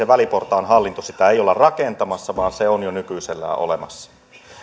väliportaan hallintoa ei olla rakentamassa vaan se on jo nykyisellään olemassa